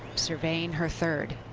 surveying her third.